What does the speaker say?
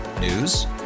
News